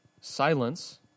Silence